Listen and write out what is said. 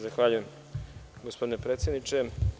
Zahvaljujem gospodine predsedniče.